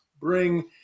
bring